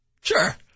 Sure